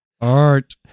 Art